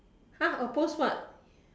!huh! oppose what